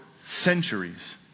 centuries